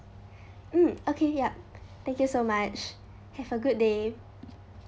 mm okay yup thank you so much have a good day